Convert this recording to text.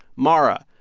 mara,